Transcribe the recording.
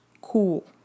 Cool